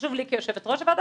חשוב לי כיושבת-ראש הוועדה,